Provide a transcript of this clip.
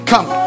Come